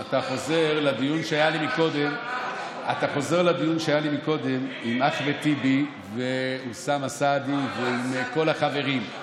אתה חוזר לדיון שהיה לי קודם עם אחמד טיבי ואוסאמה סעדי ועם כל החברים.